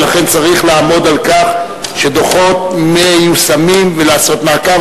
ולכן צריך לעמוד על כך שדוחות מיושמים ולעשות מעקב.